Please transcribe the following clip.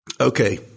okay